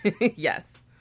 Yes